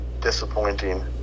disappointing